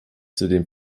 zudem